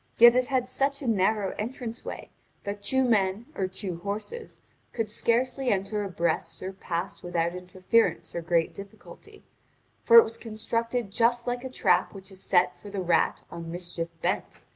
yet it had such a narrow entrance-way that two men or two horses could scarcely enter abreast or pass without interference or great difficulty for it was constructed just like a trap which is set for the rat on mischief bent,